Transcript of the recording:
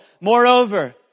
Moreover